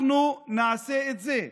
אנחנו נעשה את זה.